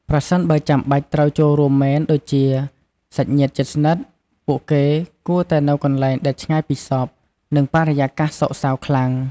ប្រសិនបើចាំបាច់ត្រូវចូលរួមមែនដូចជា សាច់ញាតិជិតស្និទ្ធ ពួកគេគួរតែនៅកន្លែងដែលឆ្ងាយពីសព និងបរិយាកាសសោកសៅខ្លាំង។